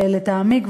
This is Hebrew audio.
לטעמי,